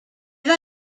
vida